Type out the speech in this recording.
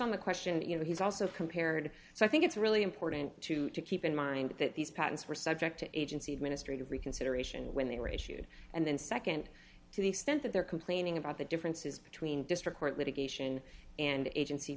on the question you know he's also compared so i think it's really important to to keep in mind that these patents were subject to agency administrative reconsideration when they were issued and then nd to the extent that they're complaining about the differences between district court litigation and agency